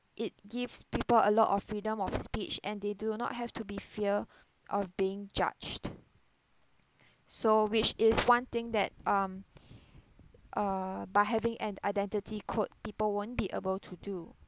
it gives people a lot of freedom of speech and they do not have to be fear of being judged so which is one thing that um err by having an identity code people won't be able to do